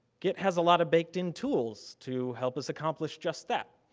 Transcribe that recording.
git has a lot of baked in tools to help us accomplish just that.